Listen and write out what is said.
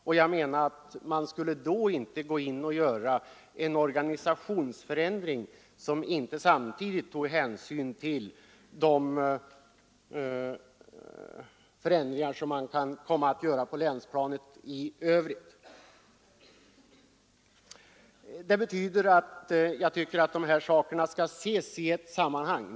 Jag ansåg därför att man inte då borde vidta en organisationsförändring som inte samtidigt tog hänsyn till de förändringar som kan komma att göras på länsplanet i övrigt. Det betyder att jag tycker att dessa saker bör ses i ett sammanhang.